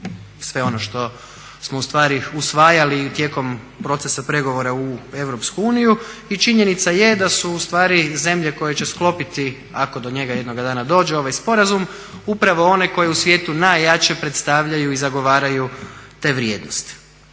sve ono što smo ustvari usvajali tijekom procesa pregovora u EU i činjenica je da su ustvari zemlje koje će sklopiti ako do njega jednog dana dođe ovaj sporazum upravo one koje u svijetu najjače predstavljaju i zagovaraju te vrijednosti.